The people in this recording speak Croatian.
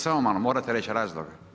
Samo malo morate reći razlog.